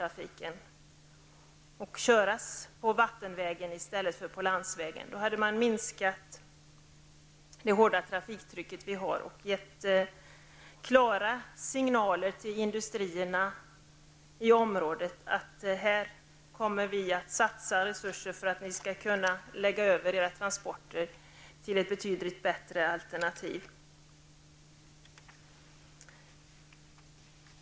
Genom att frakta gods sjövägen i stället för landvägen minskar man också trafiktrycket. Man kunde ge klara signaler till industrierna i området om att man skulle satsa resurser på ett betydligt bättre alternativ än på landsvägstransporter.